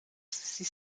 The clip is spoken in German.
sie